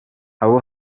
abo